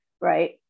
Right